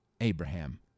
Abraham